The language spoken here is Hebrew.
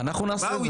באו,